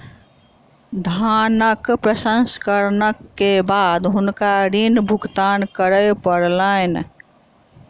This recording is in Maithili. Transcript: धानक प्रसंस्करण के बाद हुनका ऋण भुगतान करअ पड़लैन